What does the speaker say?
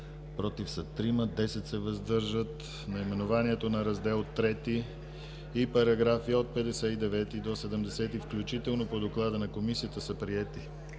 против 3, въздържали се 10. Наименованието на Раздел III и параграфи от 59 до 70 включително по доклада на Комисията са приети.